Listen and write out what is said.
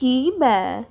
ਕੀ ਮੈਂ